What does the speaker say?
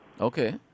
Okay